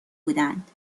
بودند